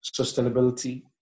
sustainability